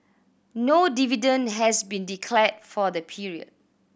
no dividend has been declared for the period